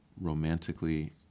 romantically